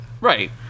Right